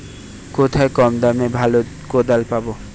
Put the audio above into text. কোথায় কম দামে ভালো কোদাল পাব?